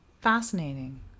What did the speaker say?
fascinating